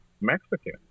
Mexican